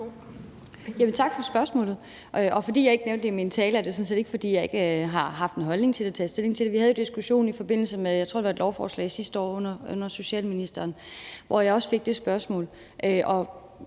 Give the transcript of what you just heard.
Tak for spørgsmålet. At jeg ikke nævnte det i min tale, er sådan set ikke, fordi jeg ikke har haft en holdning til det og taget stilling til det. Vi havde jo diskussionen i forbindelse med, jeg tror, det var et lovforslag sidste år under socialministeren, hvor jeg også fik det spørgsmål